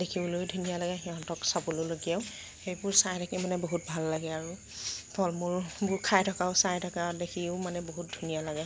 দেখিবলৈয়ো ধুনীয়া লাগে সিহঁতক চাবলগীয়াও সেইবোৰ চাই থাকি মানে বহুত ভাল লাগে আৰু ফল মূলবোৰ খাই থকাও চাই থকা দেখিও মানে বহুত ধুনীয়া লাগে